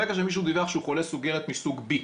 ברגע שמישהו דיווח שהוא חולה סוכרת מסוג B,